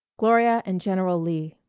gloria and general lee